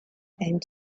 and